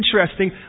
interesting